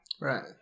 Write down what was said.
Right